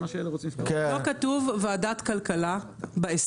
ומה שאלה רוצים לפתוח --- לא כתוב ועדת כלכלה בהסכם.